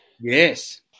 yes